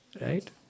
right